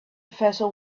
vessel